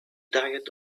diet